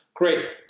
Great